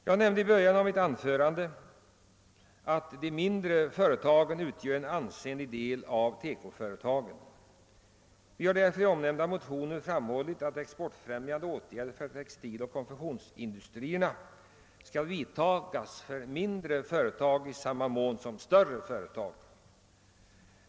Jag sade i början av mitt anförande att de mindre företagen utgör en ansenlig del av TEKO-företagen. Vi har därför i motionerna framhållit att exportfrämjande åtgärder för textiloch konfektionsindustrierna skall vidtas för mindre företag i samma mån som för större företag.